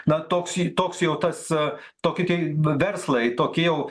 na toks toks jau tas toki tie verslai tokie jau